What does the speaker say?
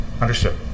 Understood